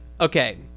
okay